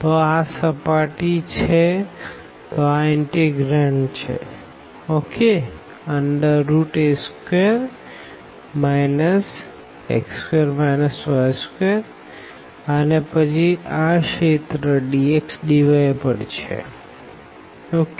તો આ સર્ફેસ છે તો આ ઇનતેગ્રાંડ છે a2 x2 y2 અને પછી આ રીજિયન પર dx dyછે